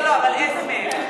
לא, לא, אבל לאיזו מהן?